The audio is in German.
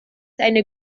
eine